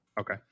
Okay